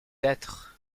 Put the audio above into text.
être